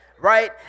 Right